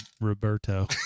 Roberto